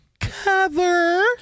cover